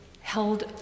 held